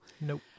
Nope